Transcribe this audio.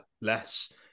less